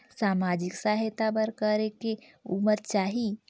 समाजिक सहायता बर करेके उमर चाही?